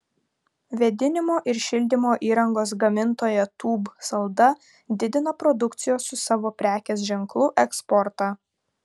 vėdinimo ir šildymo įrangos gamintoja tūb salda didina produkcijos su savo prekės ženklu eksportą